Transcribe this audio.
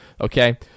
Okay